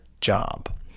job